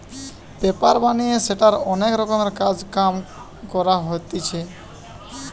paper বানিয়ে সেটার অনেক রকমের কাজ কাম করা হতিছে